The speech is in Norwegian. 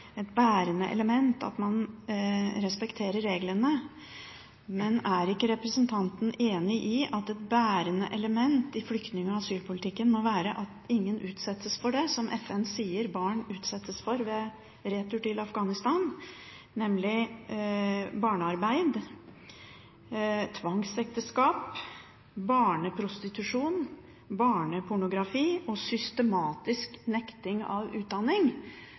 et bærende element at man respekterer reglene, men er ikke representanten enig i at et bærende element i flyktning- og asylpolitikken må være at ingen utsettes for det som FN sier at barn utsettes for ved retur til Afghanistan, nemlig barnearbeid, tvangsekteskap, barneprostitusjon, barnepornografi og systematisk nekting av utdanning?